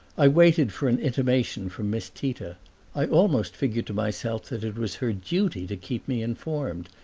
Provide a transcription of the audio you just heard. i waited for an intimation from miss tita i almost figured to myself that it was her duty to keep me informed,